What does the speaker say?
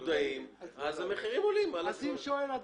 המחירים.